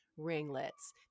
ringlets